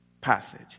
passage